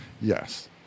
Yes